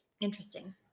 interesting